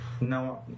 No